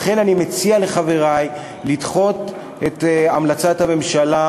לכן אני מציע לחברי לדחות את המלצת הממשלה